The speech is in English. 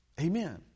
amen